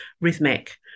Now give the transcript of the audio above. rhythmic